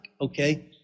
okay